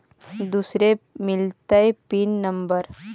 दुसरे मिलतै pin number?